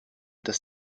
das